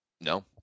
No